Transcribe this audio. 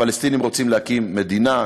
הפלסטינים רוצים להקים מדינה.